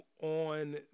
on